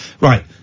right